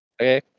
okay